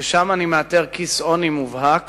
ששם אני מאתר כיס עוני מובהק